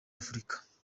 afurika